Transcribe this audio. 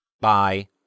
bye